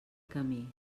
camí